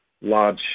large